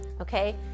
okay